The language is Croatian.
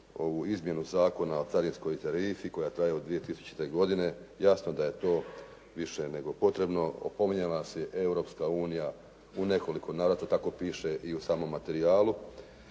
ovu Izmjenu Zakona o carinskoj tarifi koja traje od 2000. godine. Jasno da je to više nego potrebno. Opominjala nas je Europska unija u nekoliko navrata. Tako piše i u samom materijalu,